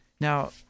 now